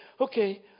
okay